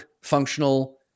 functional